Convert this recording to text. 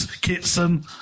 Kitson